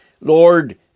Lord